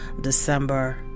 december